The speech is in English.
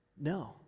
No